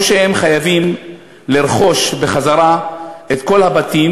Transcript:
או שהם חייבים לרכוש בחזרה את כל הבתים